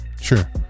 Sure